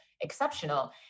Exceptional